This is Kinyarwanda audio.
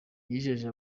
yijeje